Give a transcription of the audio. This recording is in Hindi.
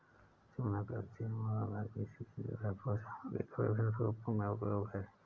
चूना कैल्शियम और मैग्नीशियम से भरपूर सामग्री का विभिन्न रूपों में उपयोग है